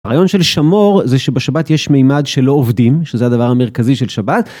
רעיון של שמור זה שבשבת יש מימד שלא עובדים שזה הדבר המרכזי של שבת.